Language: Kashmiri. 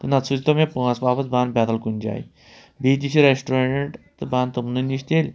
تہٕ نَتہٕ سوٗزۍتو مےٚ پۅنٛسہٕ واپَس بہٕ اَنہٕ بدل کُنہِ جایہِ بیٚیہِ تہِ چھِ ریسٹورَنٛٹ تہٕ بہٕ اَنہٕ تِمنٕے نِش تیٚلہِ